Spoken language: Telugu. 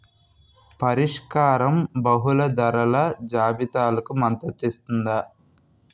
పరిష్కారం బహుళ ధరల జాబితాలకు మద్దతు ఇస్తుందా?